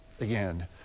again